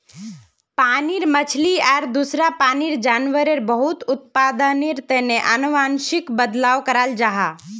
पानीर मछली आर दूसरा पानीर जान्वारेर बेहतर उत्पदानेर तने अनुवांशिक बदलाव कराल जाहा